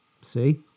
see